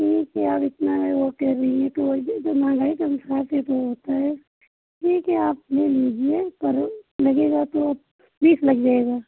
ठीक है आप इतना वह कह रही है तो मुझे तो महंगाई के अनुसार जो होता है ठीक है आप ले लीजिए पर लगेगा तो बीस लग जाएगा